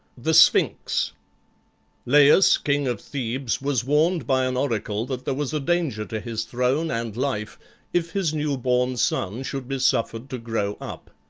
the sphinx laius, king of thebes, was warned by an oracle that there was danger to his throne and life if his new-born son should be suffered to grow up.